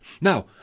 Now